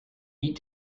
eat